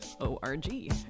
O-R-G